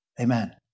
Amen